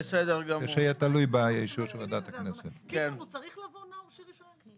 סכום שאינו מובא בחשבון כהכנסה לעניין תוספת תלויים ונכות כללית.